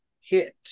hit